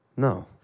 No